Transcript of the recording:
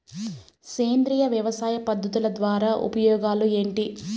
సేంద్రియ వ్యవసాయ పద్ధతుల ద్వారా ఉపయోగాలు ఏంటి?